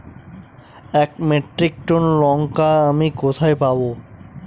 এক metric ton লঙ্কা আমি কোথায় পাবো?